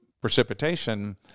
precipitation